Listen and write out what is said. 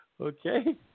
Okay